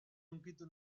hunkitu